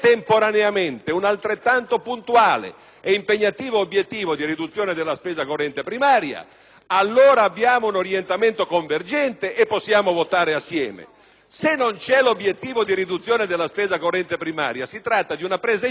allora abbiamo un orientamento convergente e possiamo votare assieme. Al contrario, se non c'è l'obiettivo di riduzione della spesa corrente primaria, si tratta di una presa in giro e onestamente, professor Baldassarri, questo non è il posto, per quanto mi riguarda.